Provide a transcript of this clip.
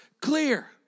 clear